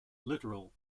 littoral